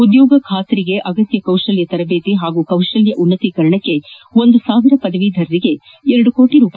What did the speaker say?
ಉದ್ಯೋಗಖಾತ್ರಿಗೆ ಅಗತ್ಯ ಕೌಶಲ್ಯ ತರಬೇತಿ ಹಾಗೂ ಕೌಶಲ್ಯ ಉನ್ನತೀಕರಣಕ್ಕೆ ಒಂದು ಸಾವಿರ ಪದವೀಧರರಿಗೆ ಎರಡು ಕೋಟಿ ರೂ